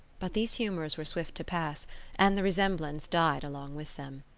but these humours were swift to pass and the resemblance died along with them.